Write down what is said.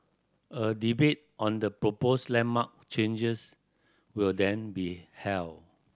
a debate on the proposed landmark changes will then be held